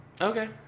Okay